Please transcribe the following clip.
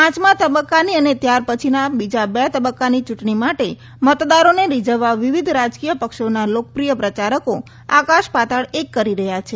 પાંચમાં તબકકાની અને ત્યાર પછીના બીજા બે તબકકાની ચુંટણીઓ માટે મતદારોને રીજવવા વિવિધ રાજકીય પક્ષોના લોકપ્રિય પ્રચારકો આકાશ પાતાળ એક કરી રહયાં છે